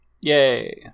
Yay